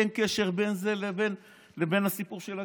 אין קשר בין זה לבין הסיפור של הגז.